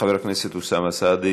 חבר הכנסת אוסאמה סעדי,